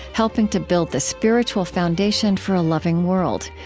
helping to build the spiritual foundation for a loving world.